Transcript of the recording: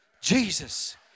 Jesus